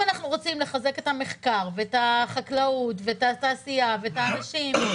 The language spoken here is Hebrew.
אם אנחנו רוצים לחזק את המחקר ואת החקלאות ואת התעשייה ואת האנשים,